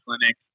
clinic